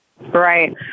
Right